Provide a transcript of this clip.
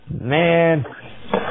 Man